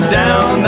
down